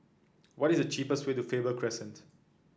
what is the cheapest way to Faber Crescent